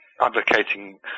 advocating